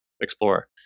explore